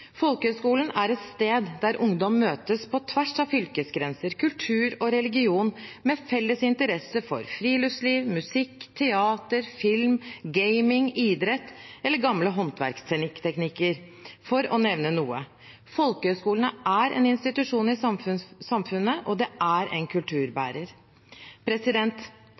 er et sted der ungdom møtes på tvers av fylkesgrenser, kultur og religion, med felles interesse for friluftsliv, musikk, teater, film, gaming, idrett eller gamle håndverksteknikker, for å nevne noe. Folkehøyskolene er en institusjon i samfunnet, og de er kulturbærere. Året på folkehøyskole glemmes som nevnt aldri. Det er